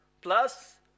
plus